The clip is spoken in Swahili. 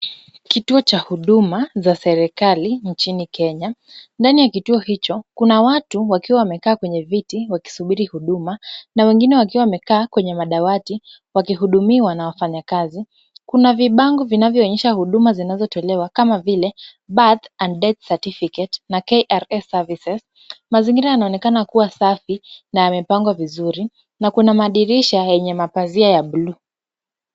Kituo cha huduma za serikali nchini kenya. Ndani ya kituo hicho kuna watu wakiwa wamekaa kwenye viti wakisubiri huduma na wengine wakiwa wamekaa kwenye madawati wakihudumiwa na wafanyakazi. Kuna vibango vinavyoonyesha huduma zinazotolewa kama vile Birth and Death Certificate na KRA Services . Mazingira yanaonekana kuwa safi na yamepangwa vizuri na kuna madirisha yenye mapazia ya bluu.